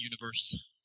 Universe